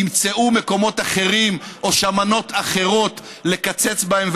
ימצאו מקומות אחרים או שמנות אחרות לקצץ בהן,